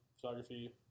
photography